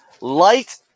light